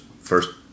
first